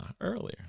earlier